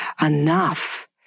enough